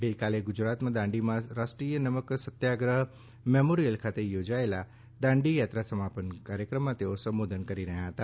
ગઇકાલે દાંડીમાં રાષ્ટ્રીય નમક સત્યાગ્રહ મેમોરિયલ ખાતે યોજાયેલા દાંડી યાત્રા સમાપન કાર્યક્રમમાં તેઓ સંબોધી રહ્યા હતા